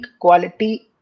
quality